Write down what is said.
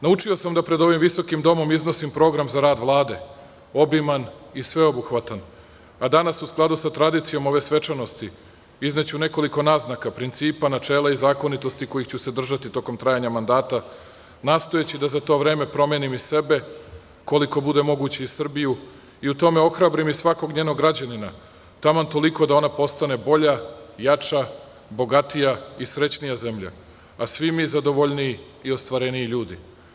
Naučio sam da pred ovim visokim Domom iznosim program za rad Vlade obiman i sveobuhvatan, a danas, u skladu sa tradicijom ove svečanosti, izneću nekoliko naznaka, principa, načela i zakonitosti kojih ću se držati tokom trajanja mandata, nastojeći da za to vreme promenim i sebe, koliko bude moguće i Srbiju i u tome ohrabrim svakog njenog građanina taman toliko da ona postane bolja, jača, bogatija i srećnija zemlja, a svi mi zadovoljniji i ostvareniji ljudi.